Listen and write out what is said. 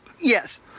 yes